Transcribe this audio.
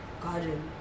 garden